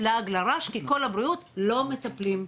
לעג לרש כי 'קול הבריאות' לא מטפלים.